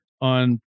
on